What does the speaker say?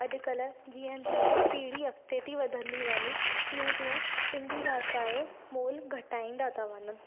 अॼुकल्हि जीअं जीअं पीढ़ी अॻिते थी वधंदी वञे तीअं तीअं सिंधी भाषा जो मोल घटाईंदा था वञनि